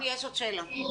ברשותך.